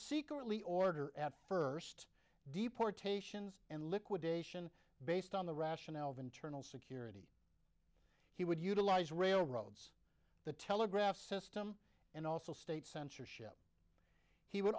secretly order at first deportations and liquidation based on the rationale of internal security he would utilize railroads the telegraph system and also state censorship he would